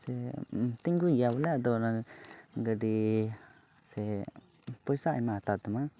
ᱥᱮᱢ ᱛᱤᱸᱜᱩᱭᱮᱭᱟ ᱵᱚᱞᱮ ᱟᱫᱚ ᱚᱱᱟ ᱜᱟᱹᱰᱤ ᱥᱮ ᱯᱚᱭᱥᱟ ᱟᱭᱢᱟᱭ ᱦᱟᱛᱟᱣ ᱛᱟᱢᱟ